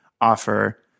offer